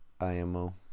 IMO